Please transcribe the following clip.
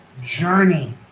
journey